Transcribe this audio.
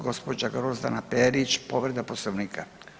Gospođa Grozdana Perić, povreda Poslovnika.